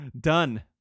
Done